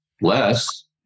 less